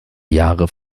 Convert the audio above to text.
jahre